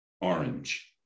Orange